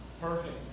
Perfect